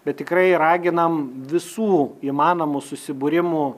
bet tikrai raginam visų įmanomų susibūrimų